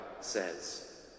says